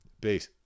Peace